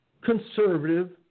conservative